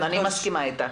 אני מסכימה איתך.